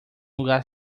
lugar